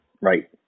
Right